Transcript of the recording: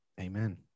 Amen